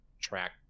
track